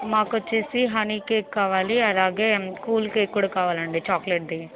మాకొచ్చేసి honey cake కావాలి అలాగే cool cake కూడా కావాలండి చాక్లెట్ది